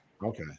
Okay